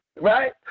right